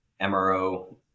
MRO